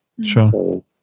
sure